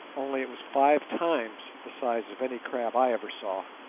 only it was five times the size of any crab i ever saw.